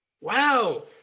Wow